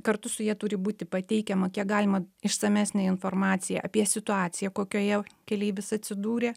kartu su ja turi būti pateikiama kiek galima išsamesnė informacija apie situaciją kokioje keleivis atsidūrė